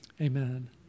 amen